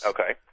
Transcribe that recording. Okay